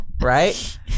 right